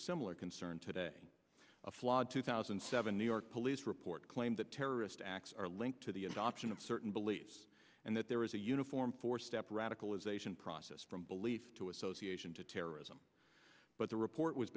similar concern today a flawed two thousand and seven new york police report claimed that terrorist acts are linked to the adoption of certain beliefs and that there is a uniform for step radicalization process from belief to association to terrorism but the report was